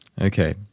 Okay